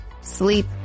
sleep